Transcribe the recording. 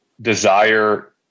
desire